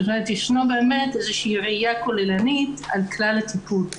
זאת אומרת ישנה באמת איזושהיא ראייה כוללנית על כלל הטיפול.